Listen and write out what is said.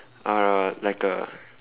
or a like a